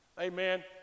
Amen